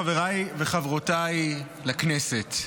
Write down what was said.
חבריי וחברותיי לכנסת,